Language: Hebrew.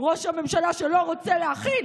ראש הממשלה שלא רוצה להכיל,